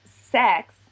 sex